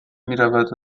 میرود